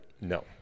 no